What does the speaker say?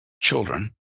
children